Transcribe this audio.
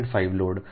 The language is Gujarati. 5 લોડ 1